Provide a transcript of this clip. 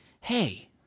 hey